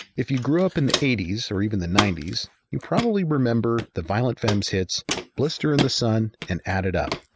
if you grew up in the eighty s or even the ninety s you probably remember the violent femmes hits blister in the sun and added up,